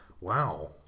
wow